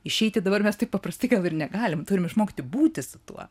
išeiti dabar mes taip paprastai ir negalim turim išmokti būti su tuo